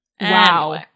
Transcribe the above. Wow